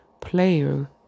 player